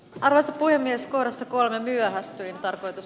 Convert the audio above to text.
varas puhemies korjasi kolmen myöhästyin tarkoitus